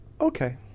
okay